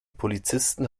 polizisten